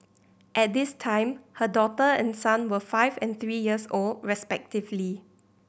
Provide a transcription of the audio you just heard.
at this time her daughter and son were five and three years old respectively